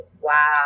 Wow